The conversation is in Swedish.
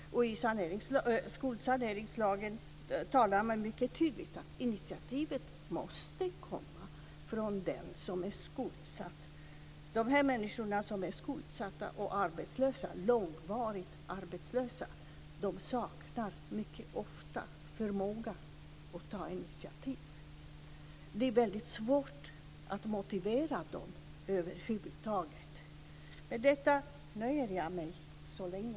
I skuldsaneringslagen sägs det mycket tydligt att initiativet måste komma från den som är skuldsatt. Men de som är skuldsatta och långvarigt arbetslösa saknar mycket ofta förmågan att ta initiativ, så det är väldigt svårt att över huvud taget motivera dem. Jag nöjer mig med detta så länge.